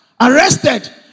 arrested